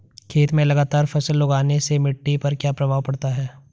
खेत में लगातार फसल उगाने से मिट्टी पर क्या प्रभाव पड़ता है?